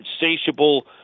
insatiable